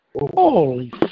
Holy